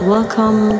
Welcome